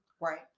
Right